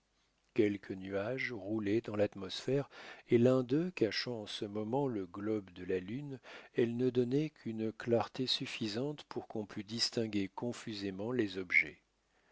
quelques nuages roulaient dans l'atmosphère et l'un d'eux cachant en ce moment le globe de la lune elle ne donnait qu'une clarté suffisante pour qu'on pût distinguer confusément les objets